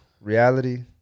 reality